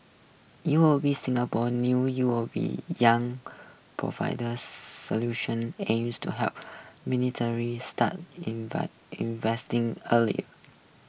U O B Singapore's new U O B Young Solution aims to help start investing earlier